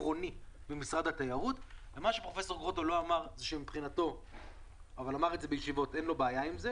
זה מה שביקשנו עם המתווה הזה.